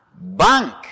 Bank